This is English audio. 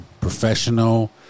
professional